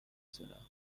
دونم